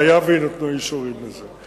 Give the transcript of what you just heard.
והיה ויינתנו אישורים לזה.